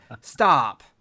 stop